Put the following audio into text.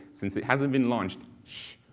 since it hasn't been launched, shhh!